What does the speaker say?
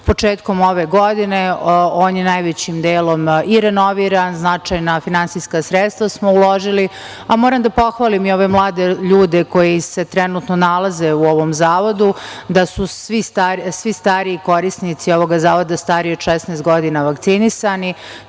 početkom ove godine on je najvećim delom i renoviran. Značajna finansijska sredstva smo uložili. Moram da pohvalim i ove mlade ljude koji se trenutno nalaze u ovom zavodu, da su svi stariji korisnici ovog zavoda stariji od 16 godina vakcinisani